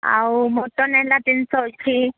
ଆଉ ମଟନ୍ ହେଲା ତିନିଶହ ଅଛି